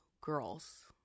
girls